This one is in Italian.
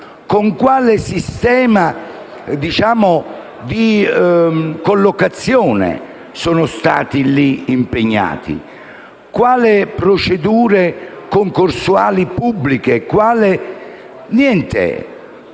con quale sistema di collocazione sono stati lì impegnati e con quali procedure concorsuali pubbliche? Nessuna.